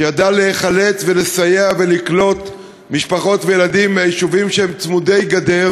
שידעה להיחלץ ולסייע ולקלוט משפחות וילדים מהיישובים שהם צמודי גדר